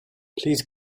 please